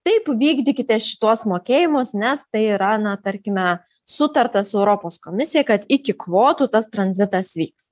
taip vykdykite šituos mokėjimus nes tai yra na tarkime sutarta su europos komisija kad iki kvotų tas tranzitas vyks